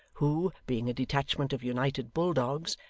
who, being a detachment of united bulldogs,